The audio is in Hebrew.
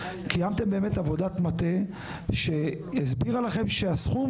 קיימתם עבודת מטה שהסבירה לכם שהסכום